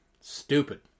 Stupid